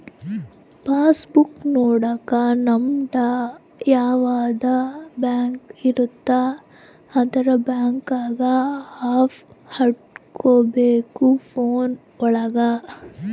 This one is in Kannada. ಪಾಸ್ ಬುಕ್ ನೊಡಕ ನಿಮ್ಡು ಯಾವದ ಬ್ಯಾಂಕ್ ಇರುತ್ತ ಅದುರ್ ಬ್ಯಾಂಕಿಂಗ್ ಆಪ್ ಹಕೋಬೇಕ್ ಫೋನ್ ಒಳಗ